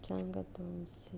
三个东西